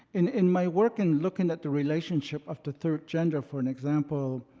in in my work in looking at the relationship of the third gender, for an example,